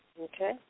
Okay